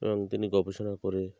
এবং তিনি গবেষণা করে